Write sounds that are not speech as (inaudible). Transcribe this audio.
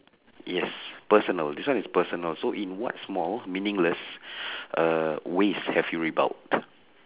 yes personal this one is personal so in what small meaningless (breath) uh ways have you rebelled